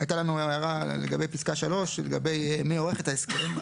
הייתה לנו הערה לגבי פסקה (3) לגבי מי עורך את ההסכם.